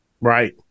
Right